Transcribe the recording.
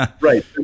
Right